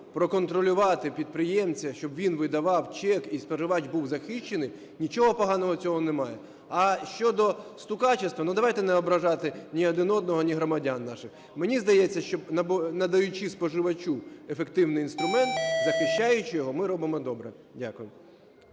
проконтролювати підприємця, щоб він видавав чек і споживач був захищений, нічого поганого в цьому немає. А щодо стукачества, ну, давайте не ображати ні один одного, ні громадян наших. Мені здається, що, надаючи споживачу ефективний інструмент, захищаючи його, ми робимо добре. Дякую.